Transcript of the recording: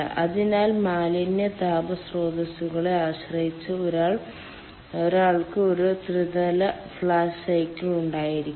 അതിനാൽ മാലിന്യ താപ സ്രോതസ്സുകളെ ആശ്രയിച്ച് ഒരാൾക്ക് ഒരു ത്രിതല ഫ്ലാഷ് സൈക്കിൾ ഉണ്ടായിരിക്കാം